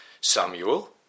Samuel